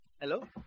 Hello